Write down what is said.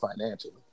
financially